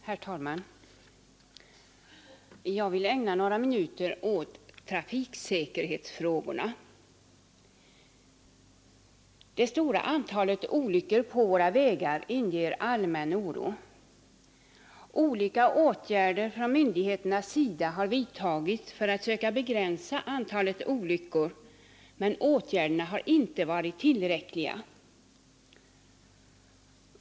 Herr talman! Jag vill ägna några minuter åt trafiksäkerhetsfrågorna. Det stora antalet olyckor på våra vägar inger allmän oro. Olika åtgärder har vidtagits från myndigheternas sida för att begränsa antalet olyckor, men åtgärderna har inte varit tillräckliga.